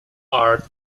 art